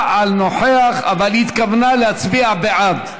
על נוכח אבל היא התכוונה להצביע בעד.